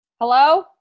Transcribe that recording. Hello